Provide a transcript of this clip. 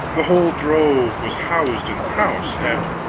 the whole drove was housed in the house, and,